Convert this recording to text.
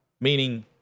meaning